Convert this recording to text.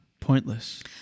Pointless